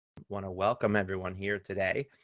want to welcome everyone here today.